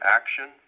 action